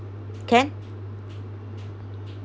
can